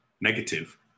negative